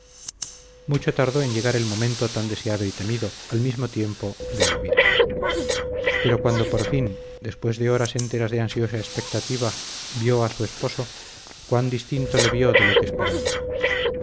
mucho tardó en llegar el momento tan deseado y temido al mismo tiempo de elvira pero cuando por fin después de horas enteras de ansiosa expectativa vio a su esposo cuán distinto le vio de lo que esperaba